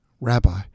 Rabbi